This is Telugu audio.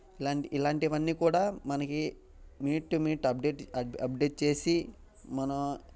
ఇలాంటి ఇలాంటివి అన్నీ కూడా మనకి minute to minute update update చేసి మనం